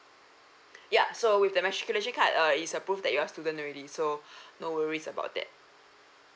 ya so with the matriculation card uh is a prove that you're student already so no worries about that